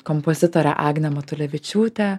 kompozitorė agnė matulevičiūtė